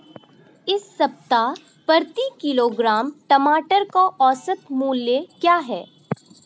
इस सप्ताह प्रति किलोग्राम टमाटर का औसत मूल्य क्या है?